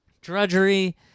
Drudgery